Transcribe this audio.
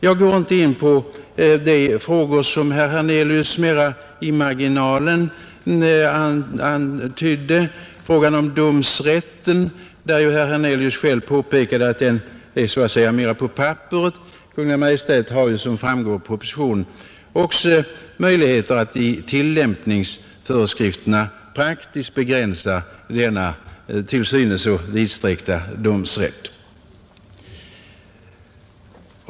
Jag går inte närmare in på de frågor som herr Hernelius mera i marginalen antydde. I fråga om domsrätten påpekade herr Hernelius att den finns mera på papperet — Kungl. Maj:t har också möjlighet att i tillämpningsföreskrifterna praktiskt begränsa denna till synes så vidsträckta domsrätt.